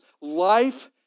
life